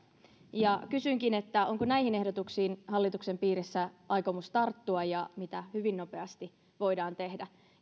ja kysynkin onko näihin ehdotuksiin hallituksen piirissä aikomus tarttua ja mitä hyvin nopeasti voidaan tehdä